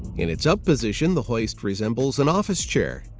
in its up position, the hoist resembles an office chair.